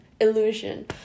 illusion